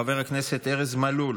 חבר הכנסת ארז מלול,